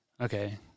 Okay